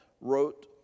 wrote